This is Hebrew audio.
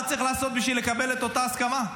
מה צריך לעשות בשביל לקבל את אותה הסכמה?